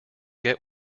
get